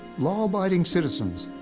law-abiding citizens.